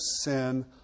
sin